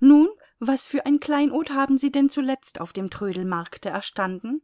nun was für ein kleinod haben sie denn zuletzt auf dem trödelmarkte erstanden